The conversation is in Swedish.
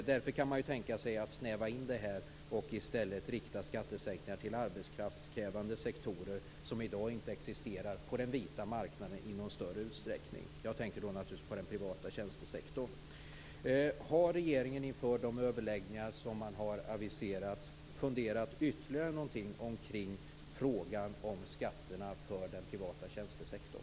Därför kan man tänka sig att snäva in det här, och i stället rikta skattesänkningar till arbetskraftskrävande sektorer som i dag inte existerar på den vita marknaden i någon större utsträckning. Jag tänker naturligtvis på den privata tjänstesektorn. Har regeringen inför de överläggningar som man har aviserat funderat ytterligare någonting kring frågan om skatterna för den privata tjänstesektorn?